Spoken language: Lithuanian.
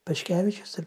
paškevičius ir